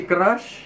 Crush